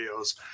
videos